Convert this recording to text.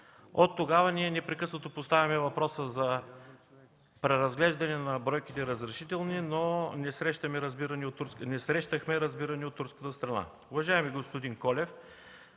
Оттогава ние непрекъснато поставяме въпроса за преразглеждане на бройките разрешителни, но не срещахме разбиране от турската страна. Уважаеми господин Колев,